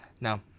No